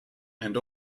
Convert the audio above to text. and